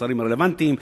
השרים הרלוונטיים,